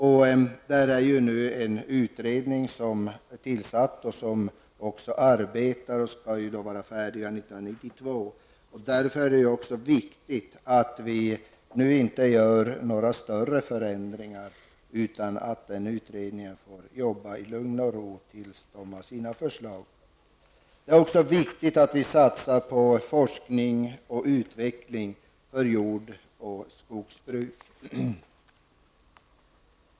Vad beträffar skogsbruket är en utredning tillsatt och arbetar, och den skall vara färdig 1992. Därför är det viktigt att vi nu inte gör några större förändringar utan att utredningen får jobba i lugn och ro tills den har sina förslag klara. Det är också viktigt att satsa på forskning och utveckling för jord och skogsbruk.